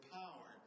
power